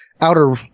outer